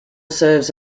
serves